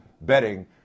betting